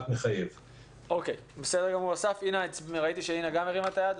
לי אין התייחסות לתקנות.